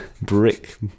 brick